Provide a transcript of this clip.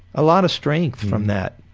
a lot of strength from that,